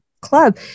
club